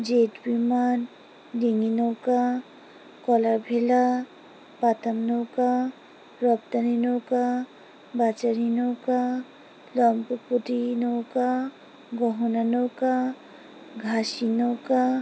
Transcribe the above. jet বিমান ডিঙি নৌকা কলার ভেলা পাতাম নৌকা রপ্তানি নৌকা বাছারি নৌকা নৌকা গহনা নৌকা ঘাসি নৌকা